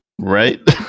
Right